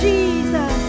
Jesus